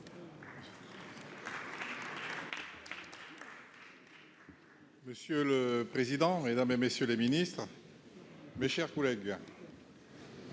Monsieur le président, mesdames, messieurs les ministres, mes chers collègues,